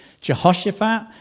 Jehoshaphat